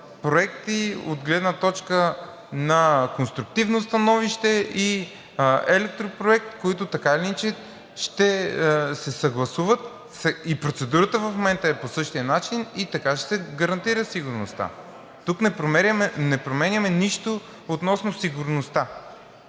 проекти от гледна точка на конструктивно становище и електропроекти, които така или иначе ще се съгласуват и процедурата в момента е по същия начин, и така ще се гарантира сигурността. Тук не променяме нищо относно сигурността.